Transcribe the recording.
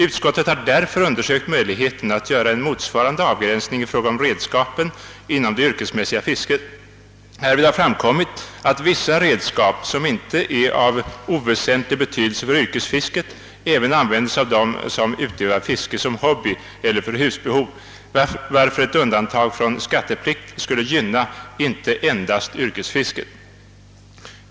Utskottet har därför undersökt möjligheten att göra en motsvarande avgränsning i fråga om redskapen inom det yrkesmässiga fisket. Härvid har framkommit att vissa redskap, som inte är av oväsentlig betydelse för yrkesfisket, även användes av dem, som utövar fiske som hobby eller för husbehov, varför ett undantag från skatteplikt skulle gynna inte endast yrkesfisket.